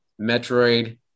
Metroid